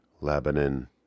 Lebanon